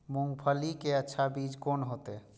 मूंगफली के अच्छा बीज कोन होते?